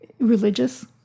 Religious